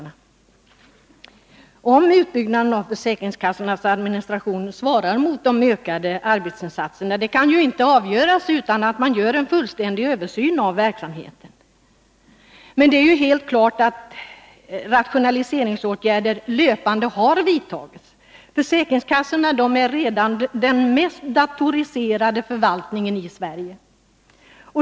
Frågan huruvida utbyggnaden av försäkringskassornas administration svarar mot de ökade arbetsinsatserna kan inte avgöras utan att man gör en fullständig översyn av verksamheten. Löpande rationaliseringsåtgärder har vidtagits. Försäkringskassorna är redan nu den mest datoriserade förvaltningen i Sverige.